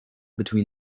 between